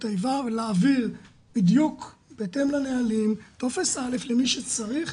האיבה ולהעביר בדיוק בהתאם לנהלים טופס א' למי שצריך,